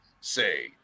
say